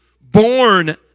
born